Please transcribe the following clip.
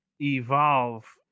evolve